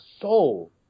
soul